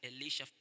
Elisha